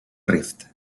rift